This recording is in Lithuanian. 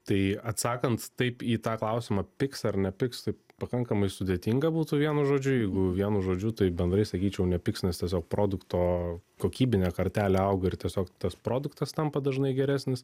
tai atsakant taip į tą klausimą pigs ar nepigs tai pakankamai sudėtinga būtų vienu žodžiu jeigu vienu žodžiu tai bendrai sakyčiau nepigs nes tiesiog produkto kokybinė kartelė auga ir tiesiog tas produktas tampa dažnai geresnis